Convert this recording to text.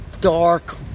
dark